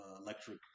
electric